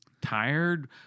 tired